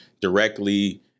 directly